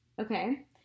Okay